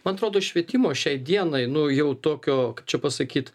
man trodo švietimo šiai dienai nu jau tokio kaip čia pasakyt